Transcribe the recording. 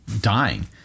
dying